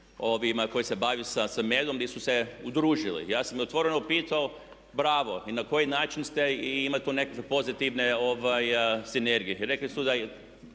primjer koji se bave s medom gdje su se udružili. Ja sam otvoreno pitao i rekao bravo, na koji način ste i ima tu neke pozitivne sinergije. Rekli su da